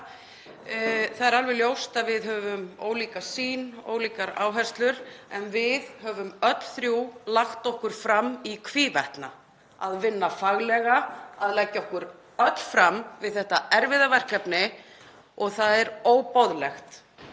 það er alveg ljóst að við höfum ólíka sýn, ólíkar áherslur, en við höfum öll þrjú lagt okkur fram í hvívetna að vinna faglega, að leggja okkur öll fram við þetta erfiða verkefni. Það er óboðlegt